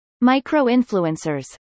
Micro-influencers